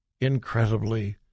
incredibly